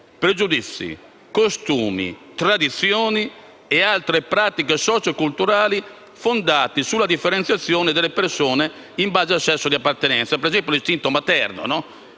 pregiudizi, costumi, tradizioni e altre pratiche socio-culturali fondati sulla differenziazione delle persone in base al sesso di appartenenza». Cito, ad esempio, l'istinto materno,